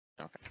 Okay